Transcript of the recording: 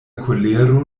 kolero